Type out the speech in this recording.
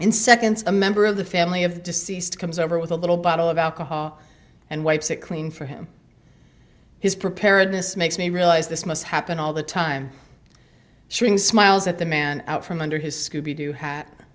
in seconds a member of the family of the deceased comes over with a little bottle of alcohol and wipes it clean for him his preparedness makes me realise this must happen all the time showing smiles at the man out from under his scooby doo hat